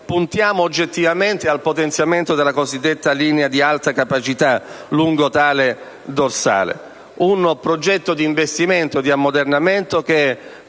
puntiamo oggettivamente al potenziamento della cosiddetta linea di alta capacità lungo la dorsale adriatica; un progetto d'investimento e d'ammodernamento che